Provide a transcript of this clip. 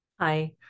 Hi